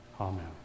Amen